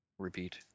Repeat